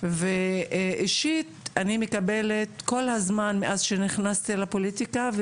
ואישית אני מקבלת כל הזמן מאז שנכנסתי לפוליטיקה,